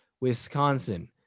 Wisconsin